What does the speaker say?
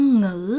ngữ